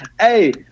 Hey